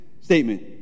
statement